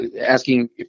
asking